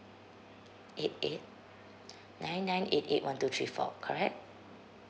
eight eight nine nine eight eight one two three four correct